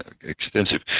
extensive